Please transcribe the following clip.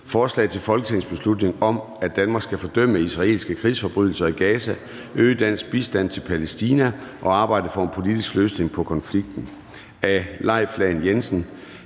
Forslag til folketingsbeslutning om, at Danmark skal fordømme israelske krigsforbrydelser i Gaza, øge dansk bistand til Palæstina og arbejde for en politisk løsning på konflikten (borgerforslag). Af Leif